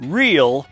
real